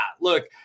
look